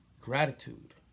gratitude